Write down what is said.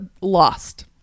Lost